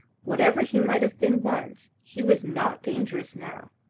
whatever he might have been once he was not dangerous now,